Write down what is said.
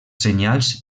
senyals